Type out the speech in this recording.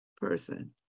person